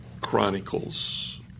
Chronicles